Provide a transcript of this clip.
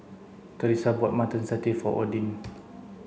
Teresa bought mutton satay for Odin